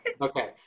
Okay